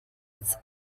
its